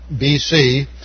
BC